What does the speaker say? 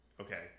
Okay